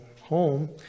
home